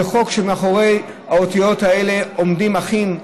זה חוק שבו מאחורי האותיות האלה עומדים אחים,